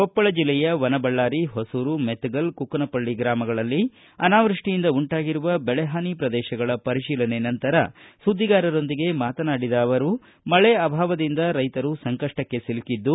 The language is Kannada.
ಕೊಪ್ಪಳ ಜಿಲ್ಲೆಯ ವನಬಳ್ಳಾರಿ ಹೊಸೂರು ಮೆತಗಲ್ ಕುಕನಪಳ್ಳಿ ಗ್ರಾಮಗಳಲ್ಲಿ ಅನಾವೃಷ್ಟಿಯಿಂದ ಉಂಟಾಗಿರುವ ಬೆಳೆಹಾನಿ ಪ್ರದೇಶಗಳ ಪರಿಶೀಲನೆ ನಂತರ ಸುದ್ದಿಗಾರರೊಂದಿಗೆ ಮಾತನಾಡಿದ ಅವರು ಮಳೆ ಅಭಾವದಿಂದ ರೈತರು ಸಂಕಷ್ಟಕ್ಕೆ ಸಿಲುಕಿದ್ದು